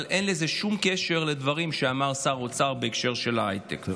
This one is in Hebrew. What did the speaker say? אבל אין לזה שום קשר לדברים שאמר שר האוצר בהקשר של ההייטק.